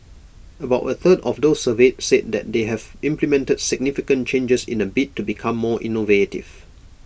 about A third of those surveyed said that they have implemented significant changes in A bid to become more innovative